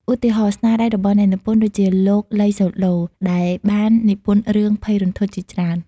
ឧទាហរណ៍ ស្នាដៃរបស់អ្នកនិពន្ធដូចជាលោក ឡី សូឡូ ដែលបាននិពន្ធរឿងភ័យរន្ធត់ជាច្រើន។